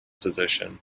position